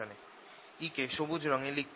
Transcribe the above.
E কে সবুজ রঙে লিখছি